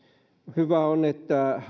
hyvää on että